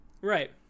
Right